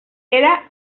era